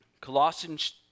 Colossians